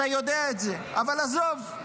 אתה יודע את זה, אבל עזוב.